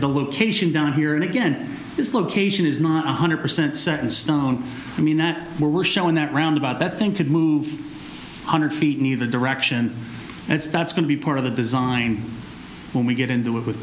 the location down here and again its location is not one hundred percent certain stone i mean that we're showing that roundabout that thing could move one hundred feet in either direction and that's going to be part of the design when we get into it with